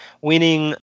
winning